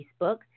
Facebook